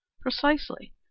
Precisely